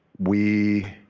we